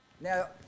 Now